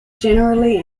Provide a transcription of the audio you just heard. generally